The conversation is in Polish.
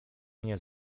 mnie